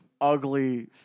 ugly